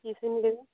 কী SIM দেবো